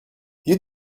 you